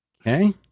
Okay